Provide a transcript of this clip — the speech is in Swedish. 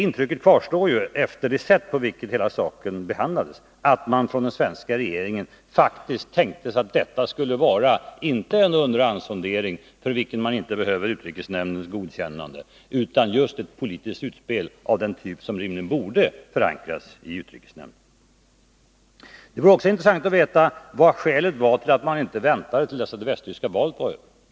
Intrycket kvarstår, efter det sätt på vilket hela saken behandlades, att man i den svenska regeringen faktiskt tänkte sig att detta skulle vara inte en underhandssondering — för vilket man inte behöver utrikesnämndens godkännande — utan just ett politiskt utspel av den typ som rimligen borde förankras i utrikesnämnden. Det vore också intressant att veta vilket skälet var till att man inte väntade till dess att det västtyska valet var över.